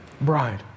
Bride